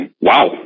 wow